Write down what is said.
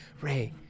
Ray